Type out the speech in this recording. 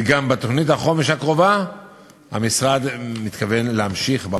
חבר הכנסת אבו עראר, זמנך תם.